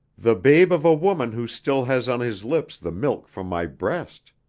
the babe of a woman who still has on his lips the milk from my breast,